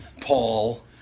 Paul